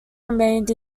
remained